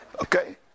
Okay